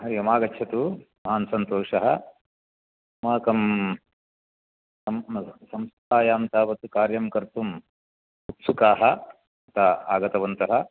हरिः ओम् आगच्छतु महान् सन्तोषः अस्माकं संस्थायां तावत् कार्यं कर्तुम् उत्सुकाः अत्र आगतवन्तः